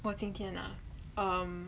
我今天啊 um